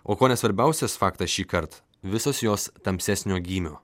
o kone svarbiausias faktas šįkart visos jos tamsesnio gymio